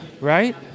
Right